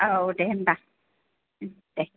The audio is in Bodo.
औ दे होमब्ला दे